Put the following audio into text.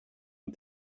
and